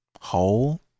whole